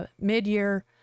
mid-year